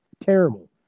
Terrible